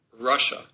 Russia